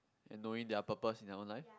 and knowing their purpose in their own life